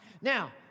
Now